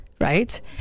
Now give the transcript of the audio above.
right